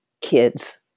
kids